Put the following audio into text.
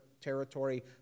territory